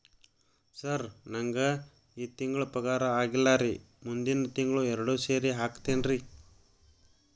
sir ನಂಗ ಈ ತಿಂಗಳು ಪಗಾರ ಆಗಿಲ್ಲಾರಿ ಮುಂದಿನ ತಿಂಗಳು ಎರಡು ಸೇರಿ ಹಾಕತೇನ್ರಿ